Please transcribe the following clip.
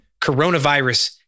coronavirus